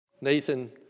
Nathan